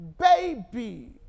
baby